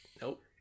Nope